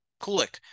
Kulik